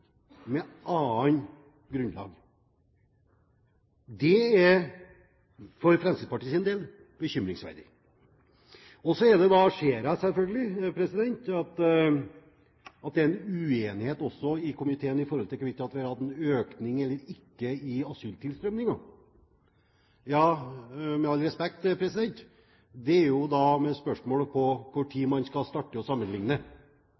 annet grunnlag. Det er etter Fremskrittspartiets syn bekymringsverdig. Og så ser jeg selvfølgelig at det er en uenighet også i komiteen om hvorvidt vi har hatt en økning eller ikke i asyltilstrømningen. Med all respekt, det er jo da et spørsmål om på hvilken tid man skal starte å sammenligne.